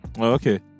Okay